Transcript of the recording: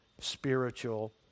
spiritual